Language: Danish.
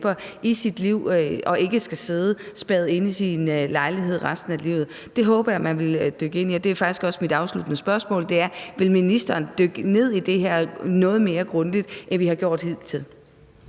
i deres liv og ikke skal sidde spærret inde i deres lejlighed resten af livet. Det håber jeg man vil dykke ned i, og mit afsluttende spørgsmål er faktisk også: Vil ministeren dykke ned i det her noget mere grundigt, end man har gjort hidtil?